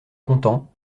content